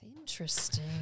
Interesting